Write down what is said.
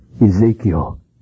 Ezekiel